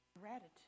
gratitude